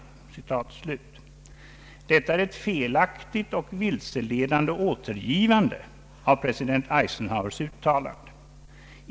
Detta är ett felaktigt och vilseledande återgivande av president Eisenhowers uttalande.